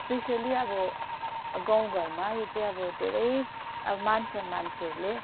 specially अब गाउँघरमा यो चाहिँ अब धेरै अब मान्छन् मानिसहरूले